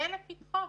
זה לפתחו.